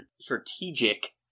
strategic